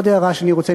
עוד הערה שאני רוצה,